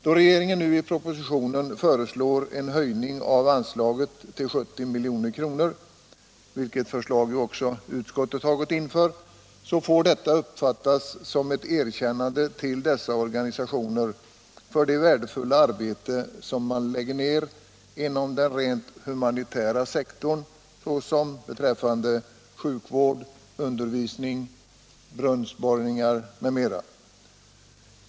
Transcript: Då regeringen nu i propositionen föreslår en höjning av anslaget till 70 milj.kr., vilket förslag också utskottet förordar, får detta uppfattas som ett erkännande av dessa organisationer för det värdefulla arbete som de lägger ner inom den rent humanitära sektorn, t.ex. när det gäller sjukvård, undervisning, brunnsborrningar m.m.